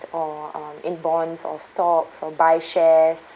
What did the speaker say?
or or in bonds or stocks or buy shares